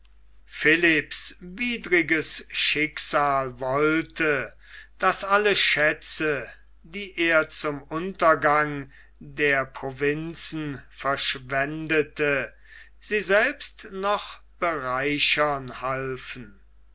philipps widriges schicksal wollte daß alle schätze die er zum untergang der provinzen verschwendete sie selbst noch bereichern halfen